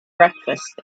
breakfast